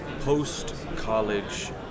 post-college